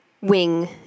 wing